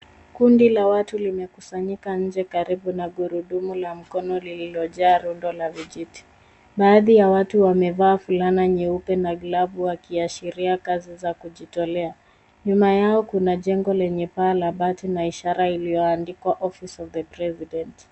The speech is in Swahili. Kundi la watu limekusanyika nje karibu na gurudumu na mkono uliojaa tope na viti. Baadhi ya watu wamevaa fulana nyeupe na glavu wakionyesha kazi za kujitolea. Nyuma yao kuna jengo lenye paa la bati na ishara iliyoandikwa Office of the President .